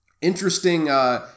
Interesting